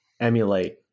emulate